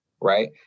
right